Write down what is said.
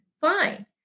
Fine